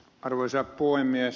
arvoisa puhemies